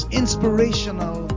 inspirational